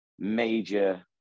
major